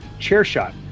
CHAIRSHOT